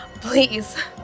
please